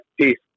peace